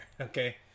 Okay